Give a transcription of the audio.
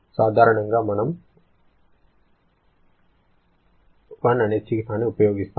సాధారణంగా మనము I అనే చిహ్నాన్ని ఉపయోగిస్తాము